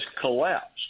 collapsed